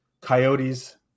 Coyotes